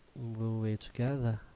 we'll wait together.